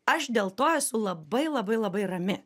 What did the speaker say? aš dėl to esu labai labai labai rami